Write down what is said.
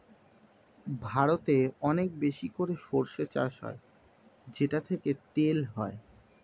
ভারতে অনেক বেশি করে সরষে চাষ হয় যেটা থেকে তেল হয়